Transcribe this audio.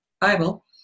Bible